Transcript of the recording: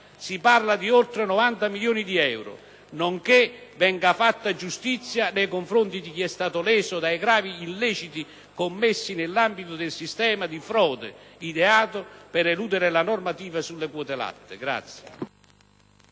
si parla di oltre 90 milioni di euro - e che venga fatta giustizia nei confronti di chi è stato leso dai gravi illeciti commessi nell'ambito del sistema di frode ideato per eludere la normativa sulle quote latte.